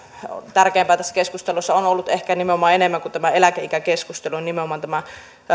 tärkeämpää tässä keskustelussa on ollut ehkä enemmän kuin tämä eläkeikäkeskustelu nimenomaan tämä